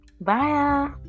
bye